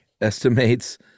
estimates